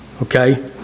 Okay